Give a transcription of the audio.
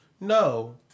No